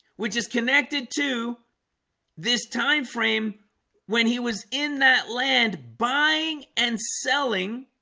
which is connected to this time frame when he was in that land buying and selling